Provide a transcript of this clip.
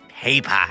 paper